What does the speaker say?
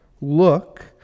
Look